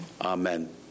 Amen